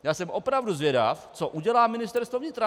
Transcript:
Já jsem opravdu zvědav, co udělá Ministerstvo vnitra.